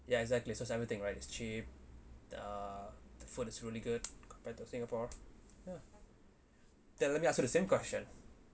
ya exactly so everything right is cheap uh the food is really good compared to singapore ya then let me ask you the same question